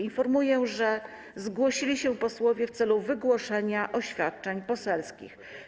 Informuję, że zgłosili się posłowie w celu wygłoszenia oświadczeń poselskich.